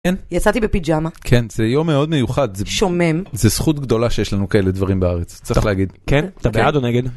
יצאתי בפיג'אה כן זה יום מאוד מיוחד זה שומם זה זכות גדולה שיש לנו כאלה דברים בארץ צריך להגיד כן אתה בעד או נגד.